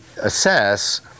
assess